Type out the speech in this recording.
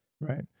Right